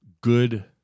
good